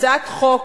הצעת חוק